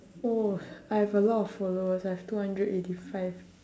oh I've a lot of followers I've two hundred eighty five